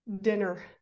dinner